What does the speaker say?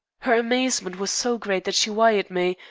her amazement was so great that she wired me,